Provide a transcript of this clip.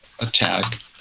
attack